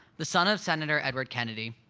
the son of senator edward kennedy,